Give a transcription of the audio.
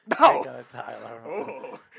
No